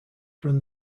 from